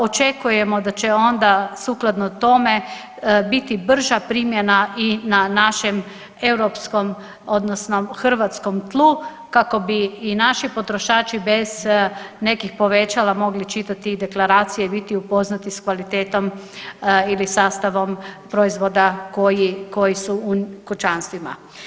Očekujemo da će onda sukladno tome biti brža primjena i na našem EU odnosno hrvatskom tlu kako bi i naši potrošači bez nekih povećala mogli čitati i deklaracije i biti upoznati s kvalitetom ili sastavom proizvoda koji su u kućanstvima.